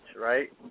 right